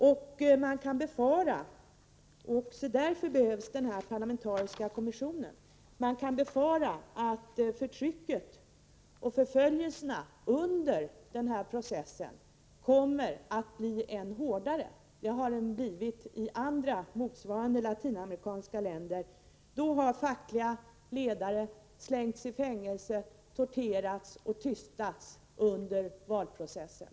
; Vi kan också befara — vilket är ytterligare en anledning till att denna parlamentariska kommission behövs — att förtrycket och förföljelserna under valprocessen kommer att bli än hårdare. Så har det varit i motsvarande fall i andra latinamerikanska länder. Då har fackliga ledare slängts i fängelse, torterats och tystats under valprocessen.